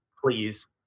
Please